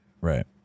right